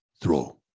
Throw